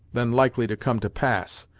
than likely to come to pass.